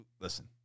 listen